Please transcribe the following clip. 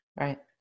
Right